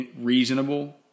reasonable